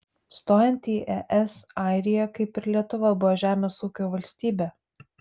stojant į es airija kaip ir lietuva buvo žemės ūkio valstybė